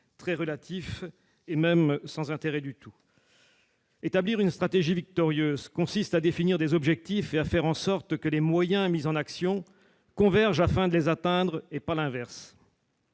très relatif et même sans intérêt du tout. Établir une stratégie victorieuse consiste à définir des objectifs et à faire en sorte que les moyens mis en action convergent afin de les atteindre, et pas l'inverse.